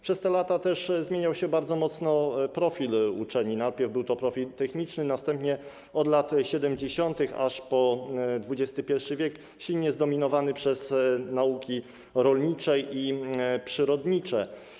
Przez te lata też zmieniał się bardzo mocno profil uczelni - najpierw był to profil techniczny, następnie od lat 70. aż po XXI w. silnie zdominowany przez nauki rolnicze i przyrodnicze.